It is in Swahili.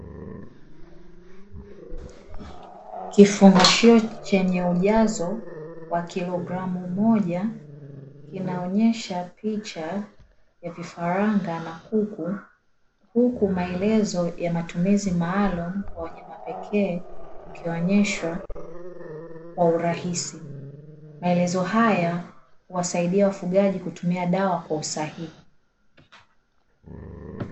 Kifungashio chenye ujazo wa kilogramu moja kinaonyesha picha ya vifaranga na kuku huku maelezo ya matumizi maalumu kwa wanyama pekee ikionyeshwa kwa urahisi, maelezo haya huwasaidia wafugaji kutumia dawa kwa usahihi.